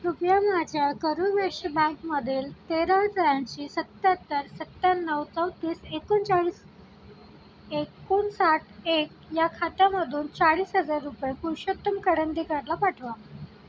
कृपया माझ्या करूर वैश्य बँकमधील तेरा त्र्याऐंशी सत्त्याहत्तर सत्त्याण्णव चौतीस एकोणचाळीस एकोणसाठ एक या खात्यामधून चाळीस हजार रुपये पुरषोत्तम करंदीकरला पाठवा